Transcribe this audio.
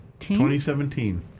2017